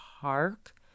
Park